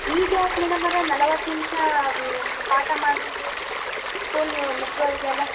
ಈಗ ಯಾಕೆ ಮೇಡಮವ್ರೆ ನಲವತ್ತು ನಿಮಿಷ ಪಾಠ ಮಾಡ್ಬೇಕು ಇವರು ಸ್ಕೂಲು ಮುಗ್ದು ಹೋಗಿದೆ ಅಲ್ವ